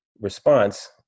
response